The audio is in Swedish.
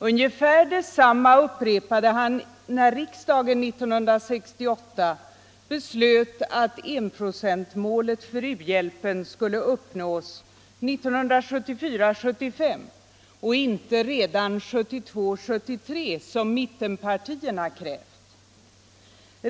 Ungefär detsamma upprepade han när riksdagen 1968 beslöt att enprocentsmålet för u-hjälpen skulle uppnås 1974 73 som mittenpartierna krävt.